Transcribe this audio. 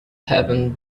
happened